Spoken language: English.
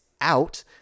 out